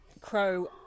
Crow